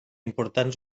importants